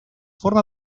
forma